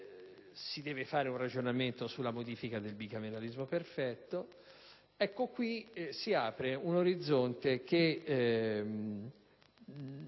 si deve fare un ragionamento sulla modifica del bicameralismo perfetto. In proposito, si apre un orizzonte che